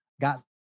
got